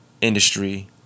Industry